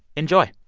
enjoy